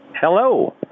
Hello